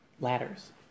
ladders